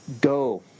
Go